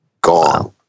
Gone